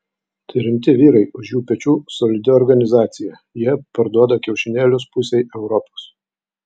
tai rimti vyrai už jų pečių solidi organizacija jie parduoda kiaušinėlius pusei europos